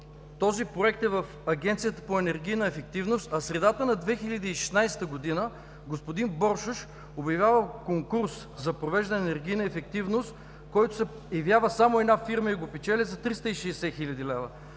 този проект е в Агенцията по енергийна ефективност. В средата на 2016 г. господин Боршош обявява конкурс за провеждане на енергийна ефективност, на който се явява само една фирма и го печели за 360 хил. лв.